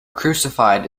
crucified